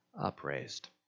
upraised